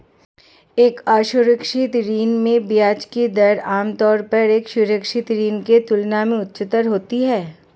एक असुरक्षित ऋण में ब्याज की दर आमतौर पर एक सुरक्षित ऋण की तुलना में उच्चतर होती है?